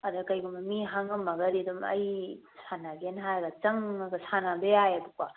ꯑꯗ ꯀꯔꯤꯒꯨꯝꯕ ꯃꯤ ꯍꯥꯡꯉꯝꯃꯒꯗꯤ ꯑꯗꯨꯝ ꯑꯩ ꯁꯥꯟꯅꯒꯦꯅ ꯍꯥꯏꯔꯒ ꯆꯪꯉꯒ ꯁꯥꯟꯅꯕ ꯌꯥꯏꯌꯦꯕꯀꯣ